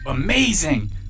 Amazing